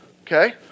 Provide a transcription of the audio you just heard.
Okay